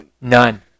none